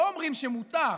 לא אומרים שמותר,